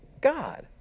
God